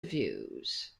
reviews